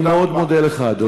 אני מאוד מודה לך, אדוני.